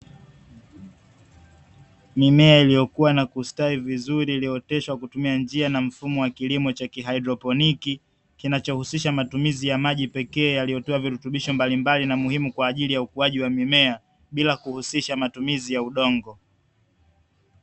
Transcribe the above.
Mimea iliyokuwa na kustawi vizuri iliyooteshwa kwa kutumia njia na kilimo cha kihaidroponi, kinachohusisha matumizi ya maji pekee yaliyotiwa virutubisho mbalimbali na muhimu kwa ajili ya ukuaji wa mimea, bila kuhusisha matumizi ya udongo.